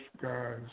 guys